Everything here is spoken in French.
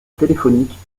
téléphoniques